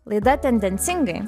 laida tendencingai